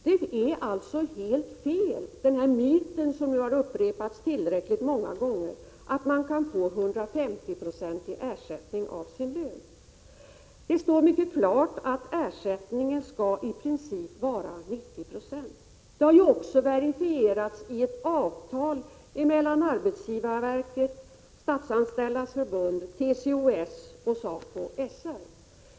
Det är en myt och helt felaktigt det som har upprepats nu tillräckligt många gånger att man kan få ersättning motsvarande 150 926 av sin lön. Det står mycket klart i propositionen att ersättningen i princip skall vara 90 76. Det har också verifierats i ett avtal mellan arbetsgivarverket, Statsanställdas förbund, TCO-S och SACO/SR.